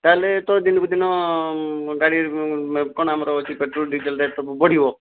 ତା' ହେଲେ ତ ଦିନକୁ ଦିନ ଗାଡ଼ି କ'ଣ ଆମର ଅଛି ପେଟ୍ରୋଲ ଡିଜେଲ ରେଟ୍ ସବୁ ବଢ଼ିବ